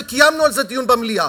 וקיימנו על זה דיון במליאה,